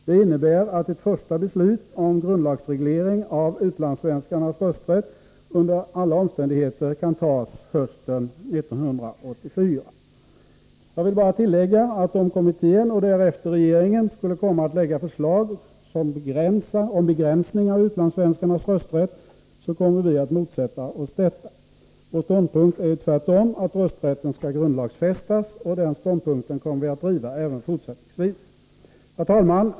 Det innebär att ett första beslut om grundlagsreglering av utlandssvenskarnas rösträtt under alla omständigheter kan tas hösten 1984. Jag vill bara tillägga att om kommittén och därefter regeringen skulle komma att lägga fram förslag om begränsning av utlandssvenskarnas rösträtt kommer vi att motsätta oss detta. Vår ståndpunkt är tvärtom att rösträtten skall grundlagsfästas, och den ståndpunkten kommer vi att driva även fortsättningsvis. Herr talman!